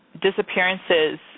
disappearances